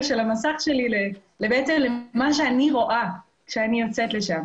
של המסך שלי בהתאם למה שאני רואה כשאני יוצאת לשם